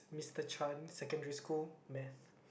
Mister Chan secondary school math